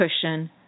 cushion